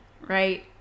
right